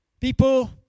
People